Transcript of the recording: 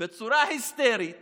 בצורה היסטרית